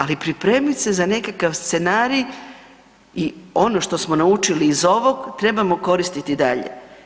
Ali pripremit se za nekakav scenarij i ono što smo naučili iz ovog trebamo koristiti i dalje.